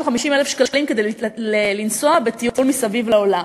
50,000 שקלים כדי לנסוע לטיול מסביב לעולם.